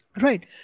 Right